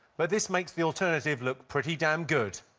but this makes the alternative look pretty damn good.